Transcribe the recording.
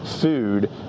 food